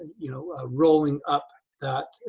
you know, rolling up that,